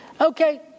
Okay